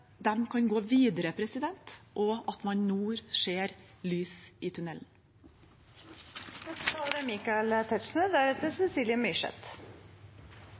kan gå videre, og at de nå ser lys i